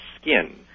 skin